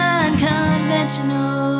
unconventional